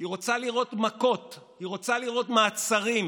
היא רוצה לראות מכות, היא רוצה לראות מעצרים.